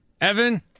Evan